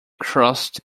crust